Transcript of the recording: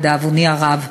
לדאבוני הרב.